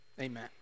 amen